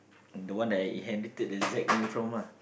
the one that I inherited the Z name from ah